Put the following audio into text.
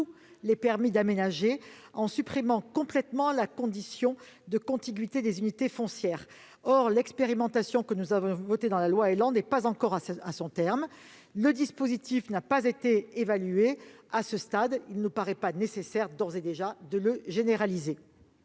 les permis d'aménager, en supprimant complètement la condition de contiguïté des unités foncières. Or l'expérimentation que nous avions votée dans la loi ÉLAN n'est pas encore arrivée à son terme et le dispositif n'a pas été évalué. Il n'est donc pas nécessaire, à ce stade, de le généraliser.